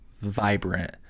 vibrant